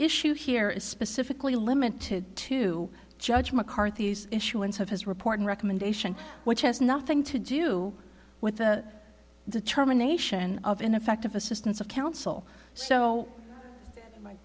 issue here is specifically limited to judge mccarthy's issuance of his report and recommendation which has nothing to do with the determination of ineffective assistance of counsel so